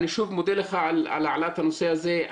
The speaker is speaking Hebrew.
אני שוב מודה לך על העלאת הנושא הזה,